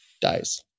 Dies